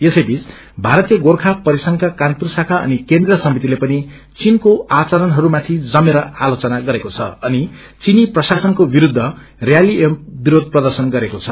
यसैबीच भारतीय गोर्खापरिसंघका कानपुर शाखा अनि केन्द्रिय समितिले पनि चीनको आचारणहरूमाथि जमेर आलोचना गरेको छ अनि चीनी प्रशासनको विरूद्ध रयाली एवं विरोध प्रदश्न गरेको छ